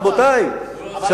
רבותי, הוא לא מוכן.